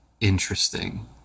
interesting